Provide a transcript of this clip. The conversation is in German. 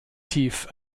tief